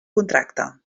contracte